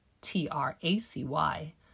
t-r-a-c-y